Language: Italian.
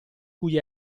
cui